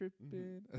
tripping